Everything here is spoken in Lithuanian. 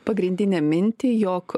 pagrindinę mintį jog